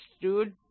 dude